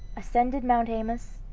ascended mount haemus,